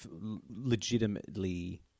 legitimately